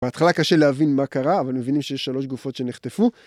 בהתחלה קשה להבין מה קרה, אבל מבינים שיש שלוש גופות שנחטפו.